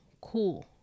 cool